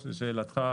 לשאלתך,